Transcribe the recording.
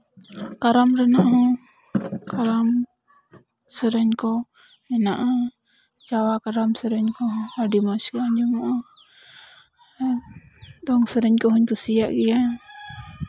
ᱠᱟᱨᱟᱢ ᱨᱮᱱᱟᱜ ᱦᱚᱸ ᱠᱟᱨᱟᱢ ᱥᱮᱨᱮᱧ ᱠᱚ ᱦᱮᱱᱟᱜᱼᱟ ᱡᱟᱣᱟ ᱠᱟᱨᱟᱢ ᱥᱮᱨᱮᱧ ᱠᱚᱦᱚᱸ ᱟᱹᱰᱤ ᱢᱚᱡᱽ ᱟᱸᱡᱚᱢᱚᱜᱼᱟ ᱫᱚᱝ ᱥᱮᱨᱮᱧ ᱠᱚᱦᱚᱧ ᱠᱩᱥᱤᱭᱟᱜᱼᱟ